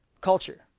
culture